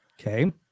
Okay